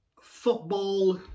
football